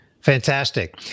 Fantastic